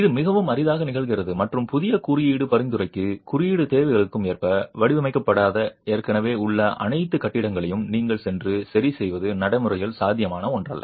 இது மிகவும் அரிதாகவே நிகழ்கிறது மற்றும் புதிய குறியீடு பரிந்துரைக்கு குறியீடு தேவைகளுக்கு ஏற்ப வடிவமைக்கப்படாத ஏற்கனவே உள்ள அனைத்து கட்டிடங்களையும் நீங்கள் சென்று சரிசெய்வது நடைமுறையில் சாத்தியமான ஒன்றல்ல